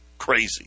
crazy